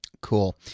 Cool